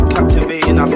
Captivating